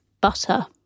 butter